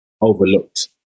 overlooked